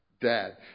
dad